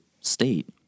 state